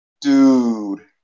Dude